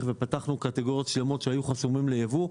ופתחנו קטגוריות שלמות שהיו חסומות ליבוא.